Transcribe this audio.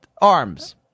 arms